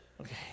Okay